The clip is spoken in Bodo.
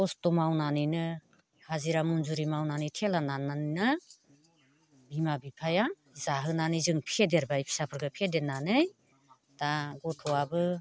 खस्थ' मावनानैनो हाजिरा मजुरि मावनानै थेला नारनानैनो बिमा बिफाया जाहोनानै जों फेदेरबाय फिसाफोरखौ फेदेरनानै दा गथ'आबो